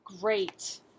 Great